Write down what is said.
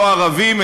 לא ערבים,